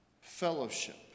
fellowship